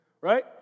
Right